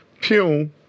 Pew